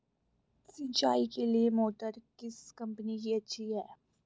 सिंचाई के लिए मोटर किस कंपनी की अच्छी है?